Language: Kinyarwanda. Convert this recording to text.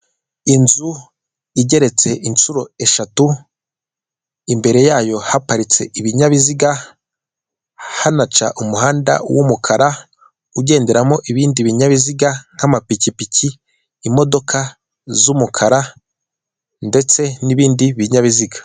Inzu igeretse inshuro eshatu imbere yayo haparitse ibinyabiziga, hanaca umuhanda w'umukara ugenderamo ibindi binyabiziga; nk'amapikipiki, imodoka z'umukara ndetse n'ibindi binyabiziga.